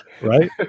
Right